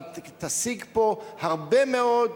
אתה תשיג פה הרבה מאוד,